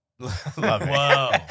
Whoa